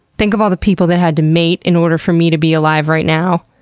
think of all the people that had to mate in order for me to be alive right now.